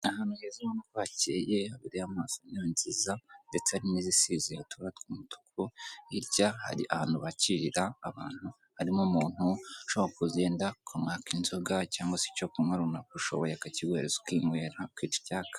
Ahantu heza urabona ko hakeye, harimo rwose intebe nziza ndetse hari n'izisize uturaba tw'umutuku, hirya hari ahantu bakirira abantu, harimo umuntu ushobora kugenda ukamwaka inzoga cyangwa se icyo kunywa runaka ushoboye akakiguhereza ukinywera ukica icyaka.